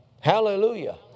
Hallelujah